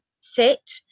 sit